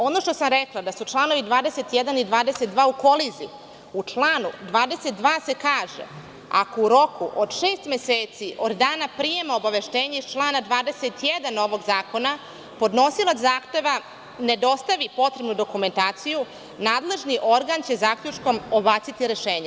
Ono što sam rekla, da su članovi 21. i 22. u koliziji, u članu 22. se kaže – ako u roku od šest meseci od dana prijema, obaveštenje iz člana 21. ovog zakona, podnosilac zahteva ne dostavi potrebnu dokumentaciju, nadležni organ će zaključkom odbaciti rešenje.